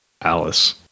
Alice